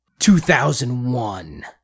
2001